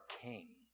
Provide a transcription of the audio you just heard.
king